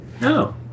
No